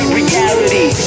reality